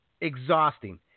Exhausting